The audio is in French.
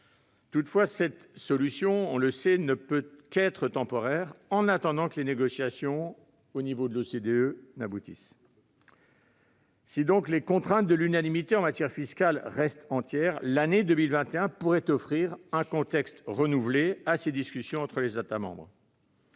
Toutefois, cette solution ne peut qu'être temporaire, en attendant que les négociations au niveau de l'OCDE aboutissent. Si les contraintes de l'unanimité en matière fiscale restent entières, l'année 2021 pourrait offrir un contexte renouvelé à ces discussions entre les États membres.